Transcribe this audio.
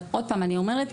אבל עוד פעם אני אומרת,